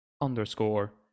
underscore